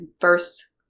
first